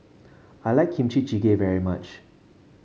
I like Kimchi Jjigae very much